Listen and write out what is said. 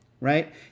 right